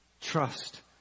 trust